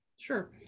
Sure